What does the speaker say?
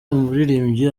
umuririmbyi